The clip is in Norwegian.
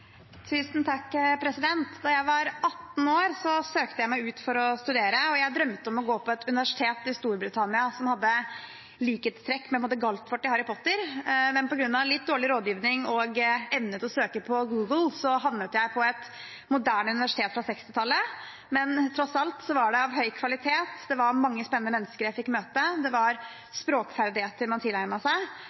jeg drømte om å gå på et universitet i Storbritannia som hadde likhetstrekk med Galtvort i Harry Potter-bøkene. På grunn av litt dårlig rådgivning og evne til å søke på Google havnet jeg på et moderne universitet fra 1960-tallet, men det var tross alt av høy kvalitet. Jeg fikk møte mange spennende mennesker, jeg fikk tilegnet meg språkferdigheter, og det var en by og et studentmiljø som var interessant og utforskende. Det er en styrke for den enkelte og for samfunnet at man